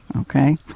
Okay